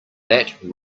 that